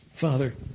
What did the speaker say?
Father